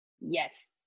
Yes